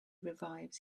revives